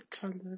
color